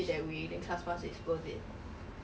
but you go you wear long tights right